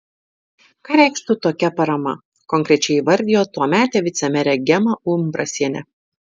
ką reikštų tokia parama konkrečiai įvardijo tuometė vicemerė gema umbrasienė